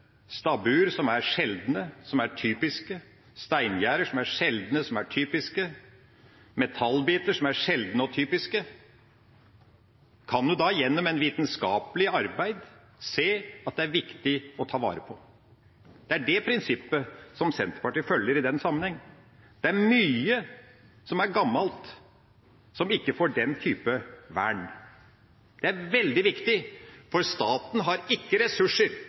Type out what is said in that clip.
som er sjeldne, som er typiske, steingjerder som er sjeldne, som er typiske, metallbiter som er sjeldne og typiske, kan en gjennom et vitenskapelig arbeid se at det er viktig å ta vare på. Det er det prinsippet som Senterpartiet følger i den sammenheng. Det er mye som er gammelt, som ikke får den typen vern. Det er veldig viktig, for staten har ikke ressurser